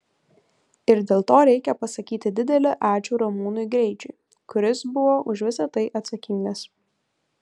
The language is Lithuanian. ir dėl to reikia pasakyti didelį ačiū ramūnui greičiui kuris buvo už visa tai atsakingas